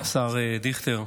השר דיכטר,